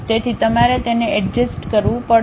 તેથી તમારે તેને અડજસ્ત કરવું પડશે